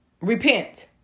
repent